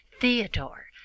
Theodore